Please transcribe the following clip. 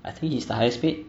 I think he is the highest paid